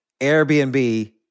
Airbnb